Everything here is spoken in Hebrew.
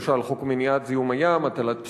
למשל חוק מניעת זיהום הים (הטלת פסולת),